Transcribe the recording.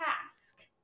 task